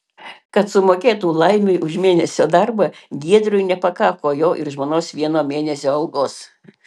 kad sumokėtų laimiui už mėnesio darbą giedriui nepakako jo ir žmonos vieno mėnesio algos